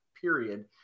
period